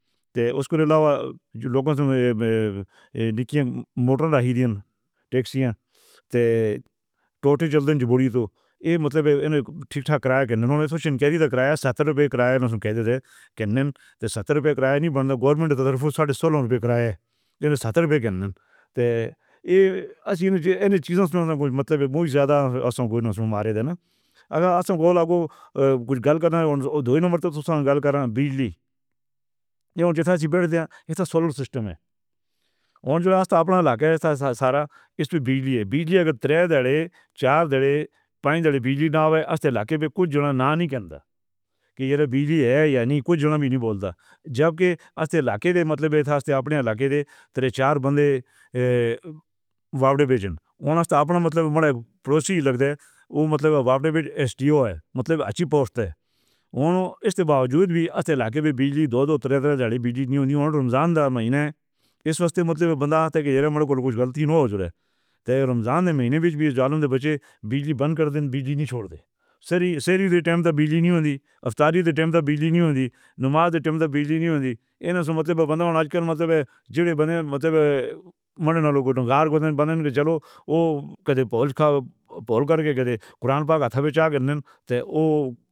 تُو اُسکے علاوہ تُو مطلب ٹھیک ٹھاک کرایا۔ ستتر روپے کرایا نہیں گورنمنٹ کُجھ غلط کرنا ہے۔ بجلی ایہ تو سولر سسٹم ہے۔ بجلی ناوے سے لاکے میں کُجھ جو نہ نہیں کے اندر کی یار بجلی ہے یا نہیں؟ کُجھ جو وی نہیں بولتا جب کے چار بندے۔ اوہ اِسکے باوجود وی ایسے لا کے بجلی دو دو طرح طرح اَڑے بجلی نہیں ہوندی رمضان دار مہینے اِس واسطے کے مُدّے پے بندہ آندا ہے کے رمضان دے مہینے وچ وچ بچے بجلی بند کر دے، بجلی نہیں چھوڑ دے سر سر اِس ٹائم پے بجلی نہیں ہوندی افطاری دی ٹائم پے بجلی نہیں ہوندی۔